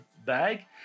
bag